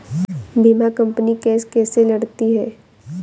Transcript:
बीमा company case कैसे लड़ती है?